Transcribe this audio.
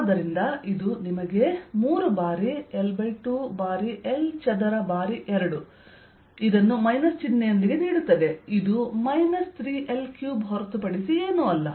ಆದ್ದರಿಂದ ಇದು ನಿಮಗೆ 3 ಬಾರಿ L2 ಬಾರಿ L ಚದರ ಬಾರಿ 2 ಅನ್ನು ಮೈನಸ್ ಚಿಹ್ನೆಯೊಂದಿಗೆ ನೀಡುತ್ತದೆ ಇದು 3L3 ಹೊರತುಪಡಿಸಿ ಏನೂ ಅಲ್ಲ